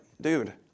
dude